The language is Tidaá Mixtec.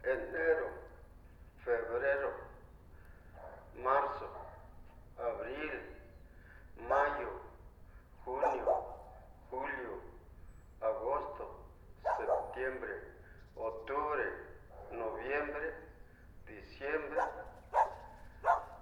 Enero, febrero, marzo, abril, mayo, junio, julio, agosto, septiembre, octubre, noviembre, diciembre.